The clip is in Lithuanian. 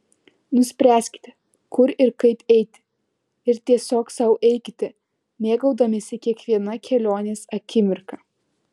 nuspręskite kur ir kaip eiti ir tiesiog sau eikite mėgaudamiesi kiekviena kelionės akimirka